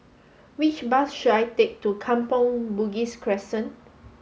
which bus should I take to Kampong Bugis Crescent